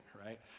right